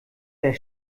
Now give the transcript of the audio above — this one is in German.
der